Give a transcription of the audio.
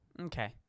Okay